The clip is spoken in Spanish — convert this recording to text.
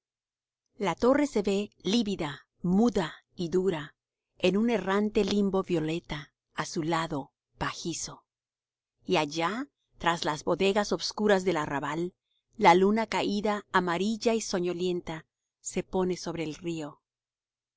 la torre se ve lívida muda y dura en un errante limbo violeta azulado pajizo y allá tras las bodegas obscuras del arrabal la luna caída amarilla y soñolienta se pone sobre el río